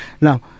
now